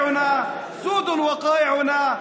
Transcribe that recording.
אנו עם,